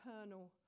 eternal